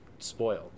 spoiled